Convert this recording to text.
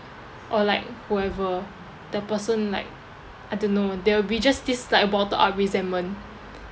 or like whoever the person like I don't know they will be just just like bottle up resentment